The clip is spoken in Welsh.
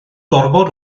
gormod